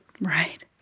Right